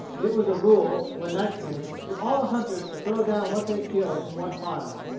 it was a rule, when night came, for all the hunters to throw down what they had killed in one pile.